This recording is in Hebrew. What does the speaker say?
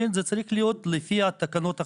זה צריך להיות לפי תקנות החשמל,